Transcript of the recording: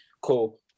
cool